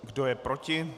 Kdo je proti?